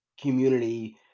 community